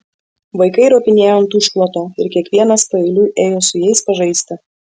vaikai ropinėjo ant užkloto ir kiekvienas paeiliui ėjo su jais pažaisti